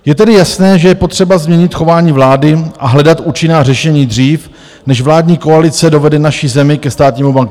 Je tedy jasné, že je potřeba změnit chování vlády a hledat účinná řešení dřív, než vládní koalice dovede naši zemi ke státnímu bankrotu.